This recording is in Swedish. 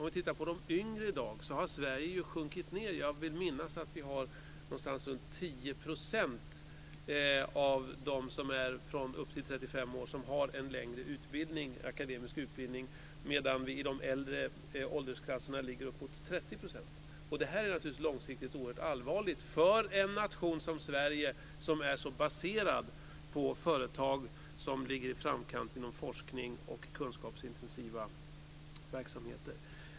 Vad angår den yngre generationen vill jag minnas att andelen personer upp till 35 år i Sverige som har en längre akademisk utbildning har sjunkit till ungefär 10 %. I de äldre åldersklasserna är motsvarande andel uppemot 30 %. Detta är naturligtvis långsiktigt väldigt allvarligt för en nation som Sverige, som är så baserad på företag som ligger i framkant inom forskning och kunskapsintensiva verksamheter.